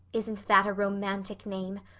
isn't that a romantic name?